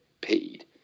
paid